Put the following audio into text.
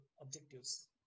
objectives